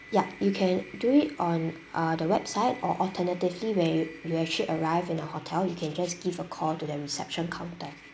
yup you can do it on uh the website or alternatively where you you actually arrive in our hotel you can just give a call to the reception counter